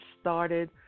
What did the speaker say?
started